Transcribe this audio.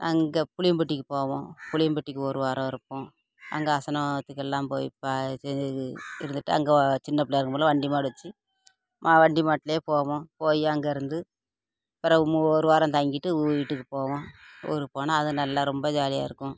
அங்கே புளியம்பட்டிக்கு போவோம் புளியம்பட்டிக்கு ஒரு வாரம் இருப்போம் அங்கே ஆசனத்துக்கு எல்லாம் போய் இருந்துட்டு அங்கே சின்ன பிள்ளையா இருக்கும்போதெல்லாம் வண்டி மாடு வச்சி வண்டி மாட்டுலேயே போவோம் போய் அங்கேருந்து பிறவு ஒரு வாரம் தங்கிட்டு வீட்டுக்கு போவோம் ஊருக்கு போனால் அது நல்லா ரொம்ப ஜாலியாக இருக்கும்